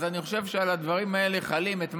אז אני חושב שעל הדברים האלה חלים מה